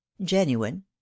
Genuine